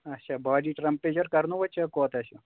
اچھا body temperature کَرنوٚوَ چَک کوتاہ چھُ